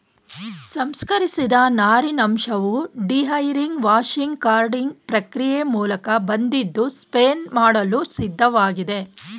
ಸಂಸ್ಕರಿಸಿದ ನಾರಿನಂಶವು dehairing washing carding ಪ್ರಕ್ರಿಯೆ ಮೂಲಕ ಬಂದಿದ್ದು ಸ್ಪಿನ್ ಮಾಡಲು ಸಿದ್ಧವಾಗಿದೆ